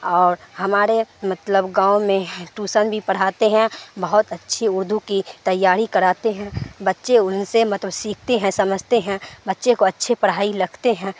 اور ہمارے مطلب گاؤں میں ٹوسن بھی پڑھاتے ہیں بہت اچھی اردو کی تیاری کراتے ہیں بچے ان سے مطلب سیکھتے ہیں سمجھتے ہیں بچے کو اچھے پڑھائی لگتے ہیں